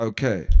Okay